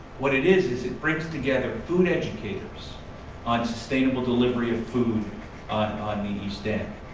what it is is it brings together food educators on sustainable delivery of food on the east end.